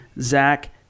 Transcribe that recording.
Zach